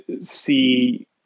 see